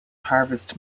harvest